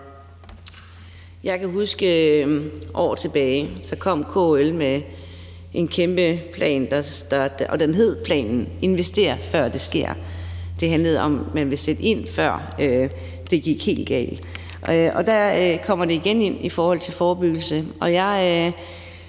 Jeg kan huske, at KL for år tilbage kom med en kæmpe plan, og den hed »Investér før det sker« Den handlede om, at man ville sætte ind, før det gik helt galt. Der kommer det med forebyggelse